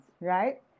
right